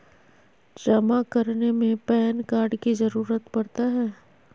जमा करने में पैन कार्ड की जरूरत पड़ता है?